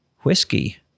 whiskey